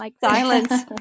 Silence